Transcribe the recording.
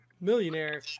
millionaire